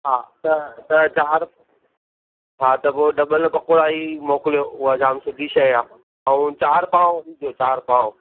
हा त त चारि हा त पोइ डबल पकोड़ा ई मोकिलियो उहा जाम सुठी शइ आहे ऐं चारि पाव विझो चारि पाव